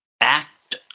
act